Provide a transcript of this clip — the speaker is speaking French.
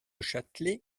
châtelet